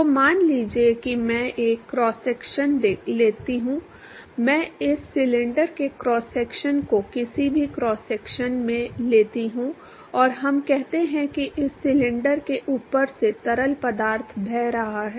तो मान लीजिए कि मैं एक क्रॉस सेक्शन लेता हूं मैं इस सिलेंडर के क्रॉस सेक्शन को किसी भी क्रॉस सेक्शन में लेता हूं और हम कहते हैं कि इस सिलेंडर के ऊपर से तरल पदार्थ बह रहा है